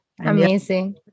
Amazing